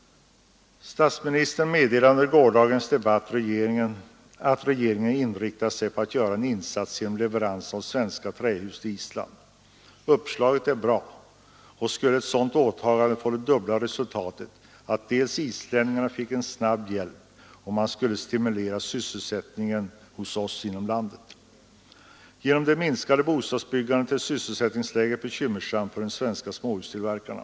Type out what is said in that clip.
Statsministern meddelade under gårdagens debatt att regeringen inriktar sig på att göra en insats genom leverans av svenska trähus till Island. Uppslaget är bra. Ett sådant åtagande skulle få det dubbla resultatet att islänningarna fick en snabb hjälp och att man stimulerade sysselsättningen hos oss inom landet. Genom det minskade bostadsbyggandet är sysselsättningsläget bekymmersamt för de svenska småhustillverkarna.